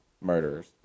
Murderers